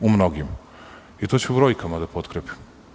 U mnogim i to ću brojkama da potkrepim.